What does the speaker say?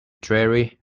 dreary